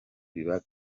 biba